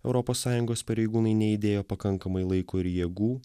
europos sąjungos pareigūnai neįdėjo pakankamai laiko ir jėgų